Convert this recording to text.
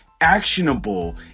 actionable